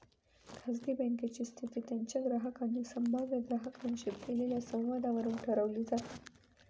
खाजगी बँकेची स्थिती त्यांच्या ग्राहकांनी संभाव्य ग्राहकांशी केलेल्या संवादावरून ठरवली जाते